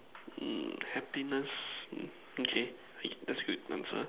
mm happiness mm okay that's good next one